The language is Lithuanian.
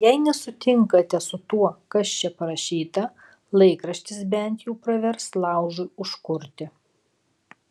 jei nesutinkate su tuo kas čia parašyta laikraštis bent jau pravers laužui užkurti